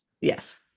yes